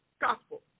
gospel